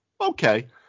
okay